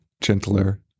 gentler